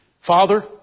Father